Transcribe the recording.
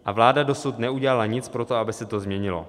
A vláda dosud neudělala nic pro to, aby se to změnilo.